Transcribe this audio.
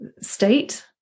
state